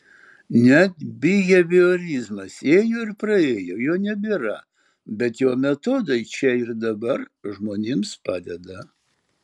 net biheviorizmas ėjo ir praėjo jo nebėra bet jo metodai čia ir dabar žmonėms padeda